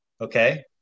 okay